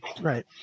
right